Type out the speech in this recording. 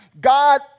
God